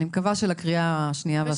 אני מקווה שלקריאה השנייה והשלישית כבר נהיה שם.